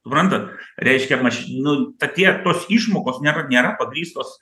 suprantat reiškia mašin nu ta tiek tos išmokos nėra nėra pagrįstos